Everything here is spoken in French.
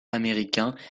américain